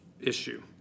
issue